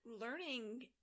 learning